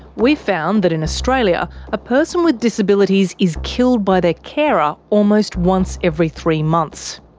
we've found that in australia, a person with disabilities is killed by their carer almost once every three months.